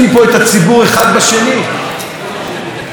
לא ראינו דבר כזה.